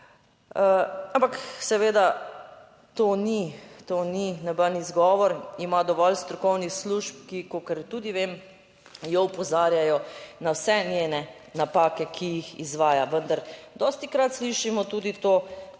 Ampak seveda to ni, to ni noben izgovor, ima dovolj strokovnih služb, ki kolikor tudi vem, jo opozarjajo na vse njene napake, ki jih izvaja, vendar dostikrat slišimo tudi to,